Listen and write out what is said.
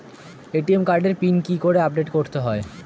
ATM কার্ডের PIN কি করে আপডেট করতে হয়?